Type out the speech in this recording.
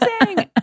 amazing